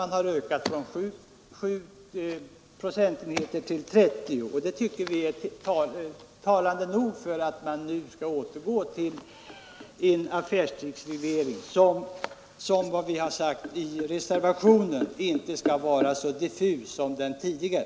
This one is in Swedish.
Man har ökat från 7 procentenheter till 30, och det tycker vi är talande nog för att nu återgå till en affärstidsreglering som, enligt vad vi har sagt i reservationen, inte får vara så diffus som den tidigare.